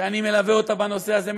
שאני מלווה אותה בנושא הזה,